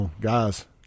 guys